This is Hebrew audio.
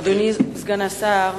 אדוני סגן השר,